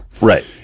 right